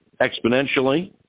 exponentially